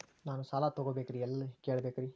ನಾನು ಸಾಲ ತೊಗೋಬೇಕ್ರಿ ಎಲ್ಲ ಕೇಳಬೇಕ್ರಿ?